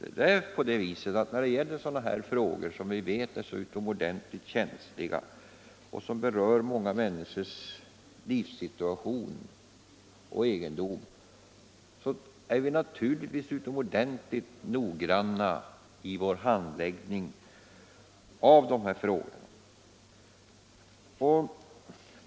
När det gäller sådana här frågor, som vi vet är utomordentligt känsliga och berör många människors livssituation och egendom, är vi naturligtvis ytterst noggranna i vår handläggning.